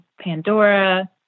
Pandora